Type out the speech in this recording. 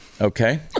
okay